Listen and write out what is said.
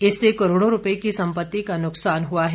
जिससे करोड़ों रुपये की सम्पति का नुकसान हुआ है